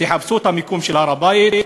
תחפשו את המיקום של הר-הבית,